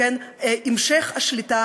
המשך השליטה